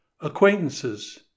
acquaintances